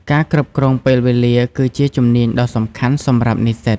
ការគ្រប់គ្រងពេលវេលាគឺជាជំនាញដ៏សំខាន់សម្រាប់និស្សិត។